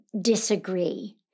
disagree